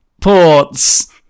Ports